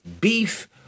beef